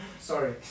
Sorry